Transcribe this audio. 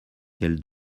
quel